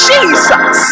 Jesus